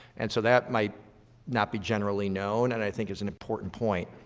and so that might not be generally known, and i think it's an important point.